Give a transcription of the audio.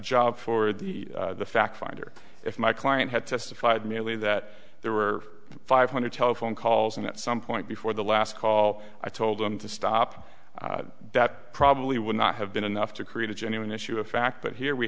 for the fact finder if my client had testified merely that there were five hundred telephone calls and at some point before the last call i told him to stop that probably would not have been enough to create a genuine issue a fact that here we